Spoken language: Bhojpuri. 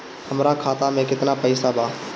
हमरा खाता में केतना पइसा बा?